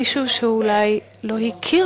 מישהו שאולי אפילו לא הכיר